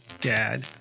dad